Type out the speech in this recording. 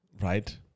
right